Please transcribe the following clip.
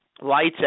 Lights